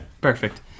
Perfect